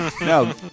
No